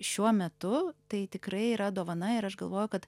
šiuo metu tai tikrai yra dovana ir aš galvoju kad